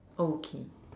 okay